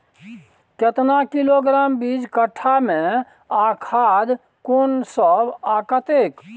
केतना किलोग्राम बीज कट्ठा मे आ खाद कोन सब आ कतेक?